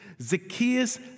Zacchaeus